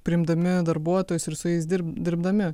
priimdami darbuotojus ir su jais dirb dirbdami